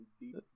Deep